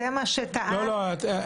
לא, לא.